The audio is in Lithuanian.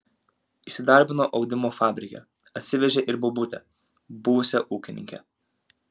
įsidarbino audimo fabrike atsivežė ir bobutę buvusią ūkininkę